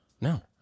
No